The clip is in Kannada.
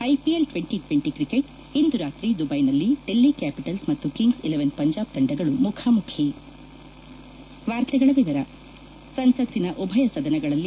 ಐಪಿಎಲ್ ಟ್ವಿಂಟಿ ಟ್ವಿಂಟಿ ಕ್ರಿಕೆಟ್ ಇಂದು ರಾತ್ರಿ ದುಬೈನಲ್ಲಿ ಡೆಲ್ಲಿ ಕ್ಯಾಪಿಟಲ್ಸ್ ಮತ್ತು ಕಿಂಗ್ಸ್ ಇಲೆವೆನ್ ಪಂಜಾಬ್ ತಂಡಗಳು ಮುಖಾಮುಖಿ ಸಂಸತ್ತಿನ ಉಭಯ ಸದನಗಳಲ್ಲಿ